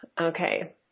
okay